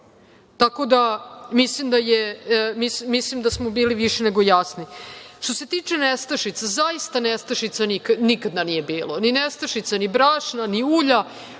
Tako da mislim da smo bili više nego jasni. Što se tiče nestašica, zaista nestašica nikada nije bilo, ni nestašice brašna, ni ulja.